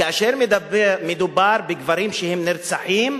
כאשר מדובר בגברים שנרצחים,